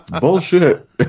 bullshit